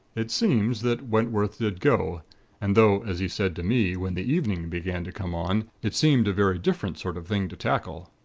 it seems that wentworth did go and though, as he said to me, when the evening began to come on, it seemed a very different sort of thing to tackle.